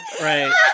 Right